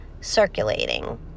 circulating